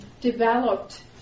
developed